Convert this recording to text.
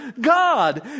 God